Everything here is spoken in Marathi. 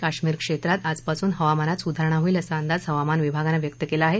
कश्मीर क्षेत्रात आजपासून हवामानात सुधारणा होईल असा अंदाज हवामान विभागानं व्यक्त केला आहे